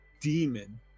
demon